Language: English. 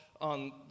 on